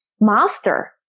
master